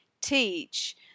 teach